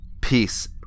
peace